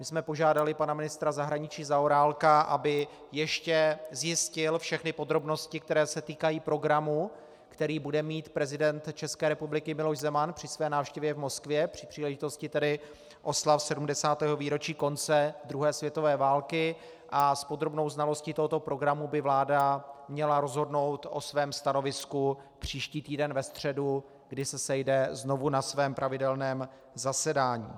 My jsme požádali pana ministra zahraničí Zaorálka, aby ještě zjistil všechny podrobnosti, které se týkají programu, který bude mít prezident České republiky Miloš Zeman při své návštěvě v Moskvě při příležitosti oslav 70. výročí konce druhé světové války, a s podrobnou znalostí tohoto programu by vláda měla rozhodnout o svém stanovisku příští týden ve středu, kdy se sejde znovu na svém pravidelném zasedání.